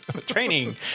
training